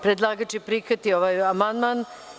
Predlagač je prihvatio ovaj amandman.